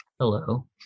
Hello